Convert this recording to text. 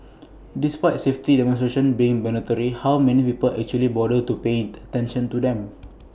despite safety demonstrations being mandatory how many people actually bother to paying attention to them